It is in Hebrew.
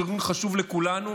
שהוא ארגון חשוב לכולנו,